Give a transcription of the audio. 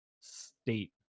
state